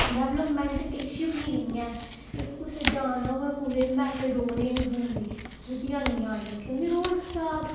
development किश बी निं ऐ इत्थें कुसै जाना होऐ मेटाडोर गै निं थ्होंदी क्योंकि गड्डी निं आंदियां क्योंकि रोड़ खराब